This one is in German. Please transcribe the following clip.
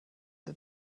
der